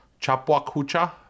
Chapuacucha